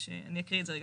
אני אקריא את זה רגע.